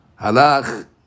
Halach